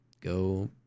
go